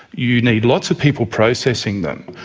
you need lots of people processing them,